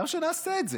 למה שנעשה את זה?